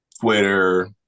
Twitter